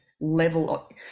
level